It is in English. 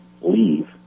leave